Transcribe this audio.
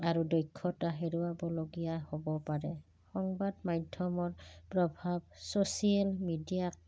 আৰু দক্ষতা হেৰুৱাবলগীয়া হ'ব পাৰে সংবাদ মাধ্যমৰ প্ৰভাৱ ছ'চিয়েল মিডিয়াক